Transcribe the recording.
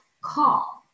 call